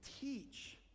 teach